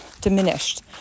diminished